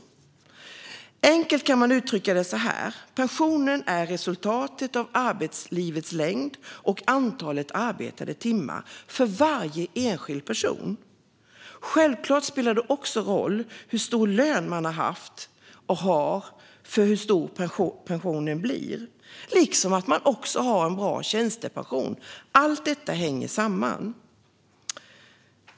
Man kan enkelt uttrycka det så här: Pensionen är resultatet av arbetslivets längd och antalet arbetade timmar för varje enskild person. Självklart spelar det också roll hur stor lön man har och har haft för hur stor pensionen blir, liksom att man har en bra tjänstepension. Allt detta hänger samman.